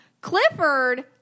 Clifford